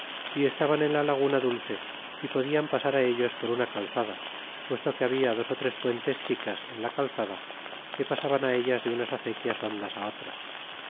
y estaban en la laguna dulce y podian pasar ellos por una calzada puesto que habia dos ó tres puentes chicas en la calzada que pasaban á ellas de unas acequias hondas á otras